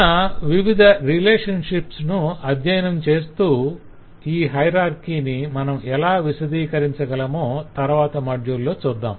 ఉన్న వివిధ రిలేషన్షిప్స్ ను అధ్యయనం చేస్తూ ఈ హయరార్కి ని మనం ఎలా విశదీకరించగలమో తరవాత మాడ్యుల్ లో చూద్దాం